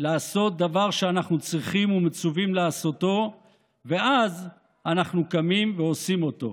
לעשות דבר שאנחנו צריכים ומצווים לעשותו ואז קמים ועושים אותו.